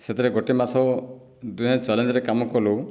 ସେଥିରେ ଗୋଟିଏ ମାସ ଦୁହେଁ ଚ୍ୟାଲେଞ୍ଜରେ କାମ କଲୁ